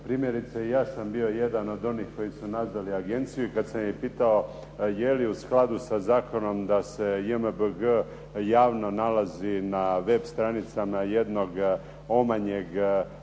Primjerice i ja sam bio jedan od onih koji su nazvali agenciju. I kada sam ih pitao je li u skladu sa zakonom da se JMBG javno nalazi na web stranicama jednog omanjeg,